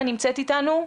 נמצאת איתנו?